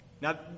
Now